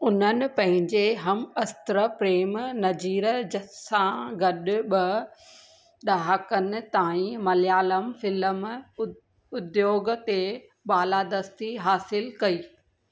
उन्हनि पंहिंजे हमअस्र प्रेम नज़ीर सां गडु॒ ॿ ड॒हाकनि ताईं मलयालम फ़िल्म उद्योग ते बालादस्ती हासिलु कई